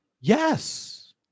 yes